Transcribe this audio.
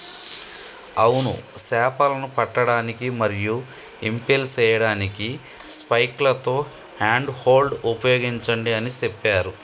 అవును సేపలను పట్టడానికి మరియు ఇంపెల్ సేయడానికి స్పైక్లతో హ్యాండ్ హోల్డ్ ఉపయోగించండి అని సెప్పారు